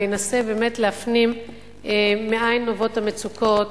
וינסה באמת להפנים מאין נובעות המצוקות,